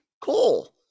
cool